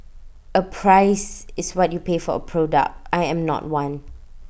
A price is what you pay for A product I am not one